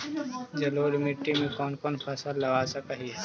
जलोढ़ मिट्टी में कौन कौन फसल लगा सक हिय?